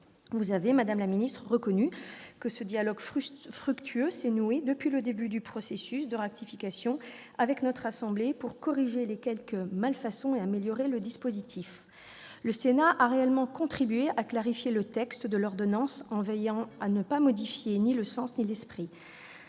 Vous avez reconnu, madame la garde des sceaux, qu'un dialogue fructueux s'était noué depuis le début du processus de ratification avec notre assemblée pour corriger quelques malfaçons et améliorer le dispositif. Le Sénat a réellement contribué à clarifier le texte de l'ordonnance en veillant à n'en modifier ni le sens ni l'esprit.